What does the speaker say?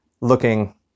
looking